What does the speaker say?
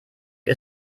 ist